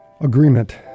agreement